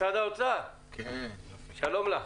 שלום לך.